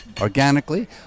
Organically